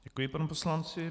Děkuji panu poslanci.